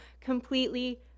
completely